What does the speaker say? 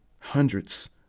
hundreds